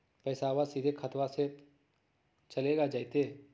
पैसाबा सीधे खतबा मे चलेगा जयते?